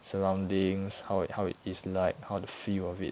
surroundings how it how it is like how the feel of it